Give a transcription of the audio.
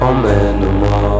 Emmène-moi